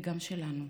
וגם שלנו,